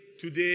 today